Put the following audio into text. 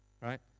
Right